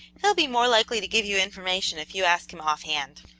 he'll be more likely to give you information if you ask him offhand.